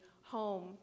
home